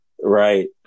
Right